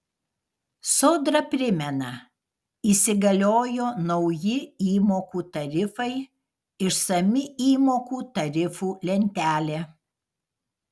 sodra primena įsigaliojo nauji įmokų tarifai išsami įmokų tarifų lentelė